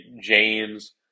James